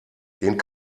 den